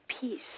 peace